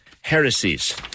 Heresies